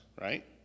right